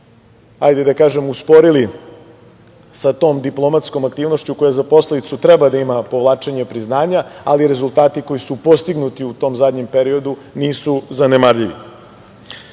hajde da kažem, usporili sa tom diplomatskog aktivnošću koja za posledicu treba da ima povlačenje priznanja, ali rezultati koji su postignuti u tom zadnjem periodu nisu zanemarljivi. Saradnja